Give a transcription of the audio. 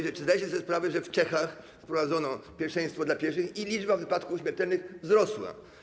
Czy zdajecie sobie sprawę z tego, że w Czechach wprowadzono pierwszeństwo dla pieszych i liczba wypadków śmiertelnych wzrosła?